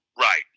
right